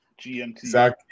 GMT